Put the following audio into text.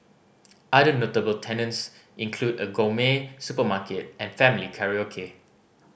other notable tenants include a gourmet supermarket and family karaoke